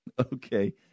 Okay